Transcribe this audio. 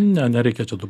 ne nereikia čia tų